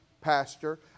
pastor